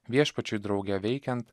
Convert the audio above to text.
viešpačiui drauge veikiant